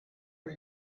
are